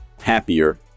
happier